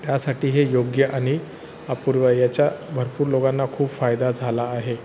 त्यासाठी हे योग्य आणि अपूर्व याचा भरपूर लोकांना खूप फायदा झाला आहे